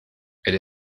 elle